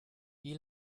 wie